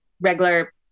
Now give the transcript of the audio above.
regular